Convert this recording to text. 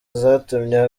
zatumye